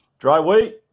dry weight.